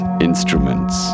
instruments